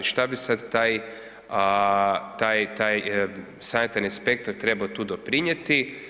Što bi sad taj sanitarni inspektor trebao tu doprinijeti?